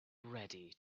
ready